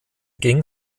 ging